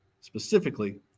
specifically